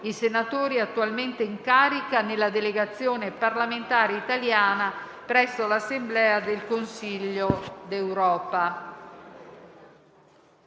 senatori attualmente in carica nella delegazione parlamentare italiana presso l'Assemblea del Consiglio d'Europa.